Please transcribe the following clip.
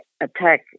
attack